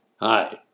Hi